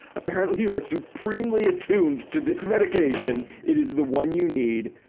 apparently, you are supremely attuned to this medication. it is the one you need.